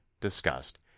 discussed